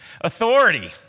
authority